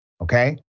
okay